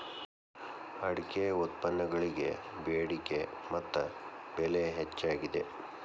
ಅಡಿಕೆ ಉತ್ಪನ್ನಗಳಿಗೆ ಬೆಡಿಕೆ ಮತ್ತ ಬೆಲೆ ಹೆಚ್ಚಾಗಿದೆ